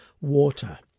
Water